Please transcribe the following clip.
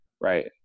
right